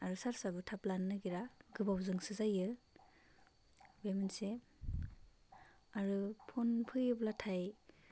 आरो सार्जाबो थाब लानो नागिरा गोबावजोंसो जायो बे मोनसे आरो फ'न फैयोब्लाथाय